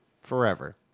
forever